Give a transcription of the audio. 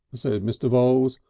said mr. voules,